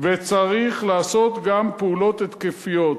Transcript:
וצריך לעשות גם פעולות התקפיות.